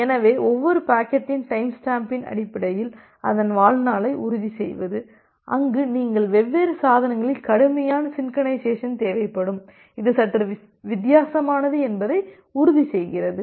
எனவே ஒவ்வொரு பாக்கெட்டின் டைம்ஸ்டாம்ப்பின் அடிப்படையில் அதன் வாழ்நாளை உறுதிசெய்வது அங்கு நீங்கள் வெவ்வேறு சாதனங்களில் கடுமையான சின்கொரைனைசேஸன் தேவைப்படும் இது சற்று வித்தியாசமானது என்பதை உறுதிசெய்கிறது